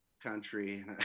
country